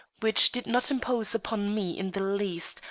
which did not impose upon me in the least,